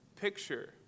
picture